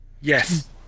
Yes